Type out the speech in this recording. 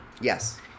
Yes